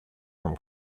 from